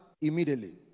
immediately